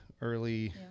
Early